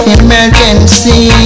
emergency